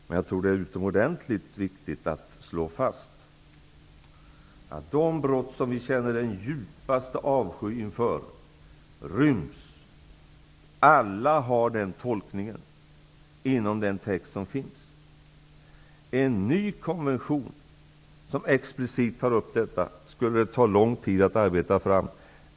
Men jag tror att det är utomordentligt viktigt att slå fast att dessa brott, som vi känner den djupaste avsky inför, täcks -- alla gör den tolkningen -- av den text som finns. En ny konvention som explicit behandlar detta skulle ta lång tid att arbeta fram.